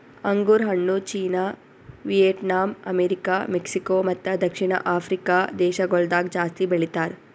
ಅಂಗುರ್ ಹಣ್ಣು China, Vietnam, America, Mexico ಮತ್ತ ದಕ್ಷಿಣ ಆಫ್ರಿಕಾ ದೇಶಗೊಳ್ದಾಗ್ ಜಾಸ್ತಿ ಬೆಳಿತಾರ್